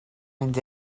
mynd